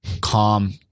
calm